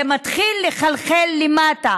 זה מתחיל לחלחל למטה.